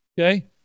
Okay